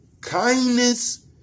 kindness